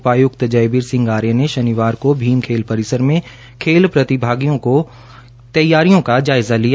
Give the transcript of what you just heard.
उपायुक्त जयबीर सिंह आर्य ने शनिवार को भीम खेल परिसर में खेल प्रतियोगिताओं की तैयारियों का जायजा लिया